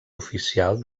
oficial